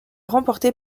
remportée